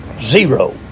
Zero